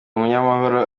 umunyamahoro